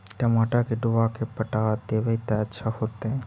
टमाटर के डुबा के पटा देबै त अच्छा होतई?